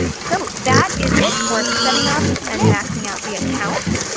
so that is it for setting up and maxing out the account.